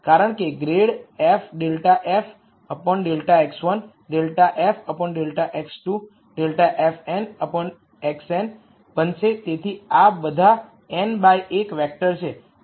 કારણકે grad f ∂f ∂x૧ ∂f ∂x2 ∂fnxn બનશે તેથી આ બધા n બાય 1 વેક્ટર છે